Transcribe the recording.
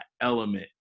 element